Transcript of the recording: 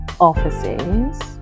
offices